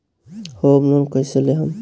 Home loan कैसे लेहम?